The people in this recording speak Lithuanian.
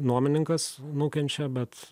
nuomininkas nukenčia bet